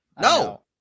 No